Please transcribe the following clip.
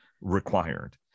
required